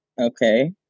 okay